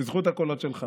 בזכות הקולות שלך.